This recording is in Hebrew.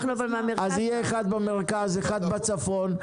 אז יהיה אחד במרכז, אחד בצפון.